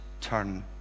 turn